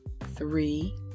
Three